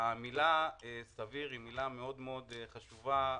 המילה סביר היא מילה מאוד חשובה,